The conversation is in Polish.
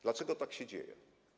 Dlaczego tak się dzieje?